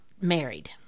married